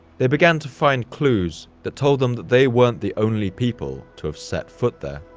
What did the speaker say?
they began to find clues that told them that they weren't the only people to have set foot there.